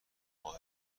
ماه